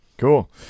Cool